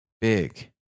big